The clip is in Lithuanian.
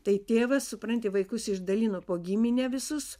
tai tėvas supranti vaikus išdalino po giminę visus